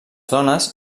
dones